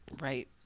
right